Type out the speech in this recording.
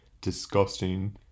disgusting